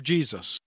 Jesus